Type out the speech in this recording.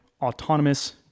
autonomous